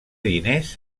diners